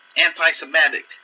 anti-Semitic